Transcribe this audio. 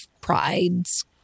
pride's